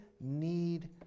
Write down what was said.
need